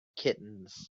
kittens